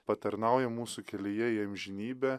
patarnauja mūsų kelyje į amžinybę